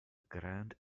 grand